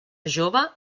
jove